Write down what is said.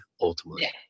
Ultimately